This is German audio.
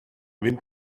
wenn